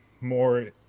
more